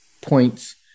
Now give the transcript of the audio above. points